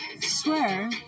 swear